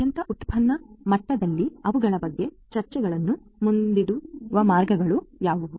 ಮತ್ತು ಅತ್ಯಂತ ಉನ್ನತ ಮಟ್ಟದಲ್ಲಿ ಅವುಗಳ ಬಗ್ಗೆ ಚರ್ಚೆಗಳನ್ನು ಮುಂದಿಡುವ ಮಾರ್ಗಗಳು ಯಾವುವು